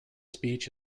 speech